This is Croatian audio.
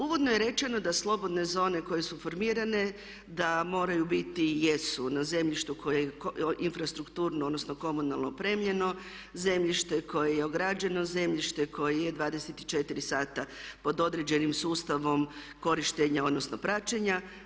Uvodno je rečeno da slobodne zone koje su formirane da moraju biti i jesu na zemljištu koje infrastrukturno odnosno komunalno opremljeno zemljište, koje je ograđeno zemljište, koje je 24 sata pod određenim sustavom korištenja odnosno praćenja.